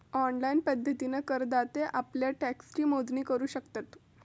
online पद्धतीन करदाते आप्ल्या टॅक्सची मोजणी करू शकतत